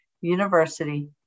university